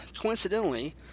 coincidentally